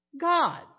God